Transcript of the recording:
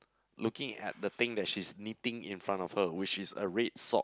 looking at the thing that she's knitting in front of her which is a red sock